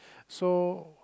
so